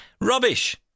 Rubbish